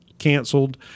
canceled